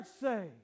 say